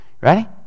ready